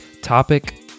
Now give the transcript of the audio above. topic